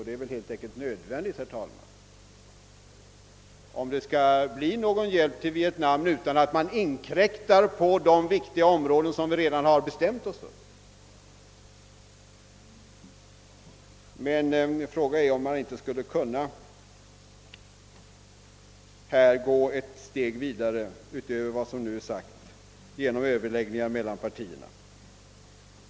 Detta är också helt enkelt nödvändigt, herr talman, om det skall bli någon hjälp till Vietnam utan att man inkräktar på de viktiga områden som vi redan bestämt oss för att arbeta på. Frågan är emellertid om man inte skulle kunna gå ett steg utöver vad man nu kommit fram till genom överläggningar mellan partierna.